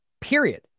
Period